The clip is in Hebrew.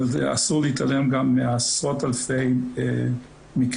אבל אסור להתעלם גם מעשרות אלפי מקרי